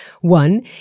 one